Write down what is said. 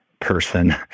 person